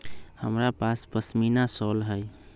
हमरा पास पशमीना शॉल हई